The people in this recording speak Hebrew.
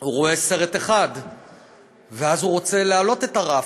הוא רואה סרט אחד ואז הוא רוצה לעלות את הרף,